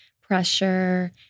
pressure